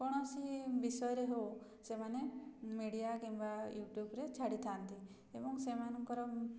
କୌଣସି ବିଷୟରେ ହଉ ସେମାନେ ମିଡ଼ିଆ କିମ୍ବା ୟୁଟ୍ୟୁବ୍ରେ ଛାଡ଼ିଥାନ୍ତି ଏବଂ ସେମାନଙ୍କର